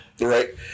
Right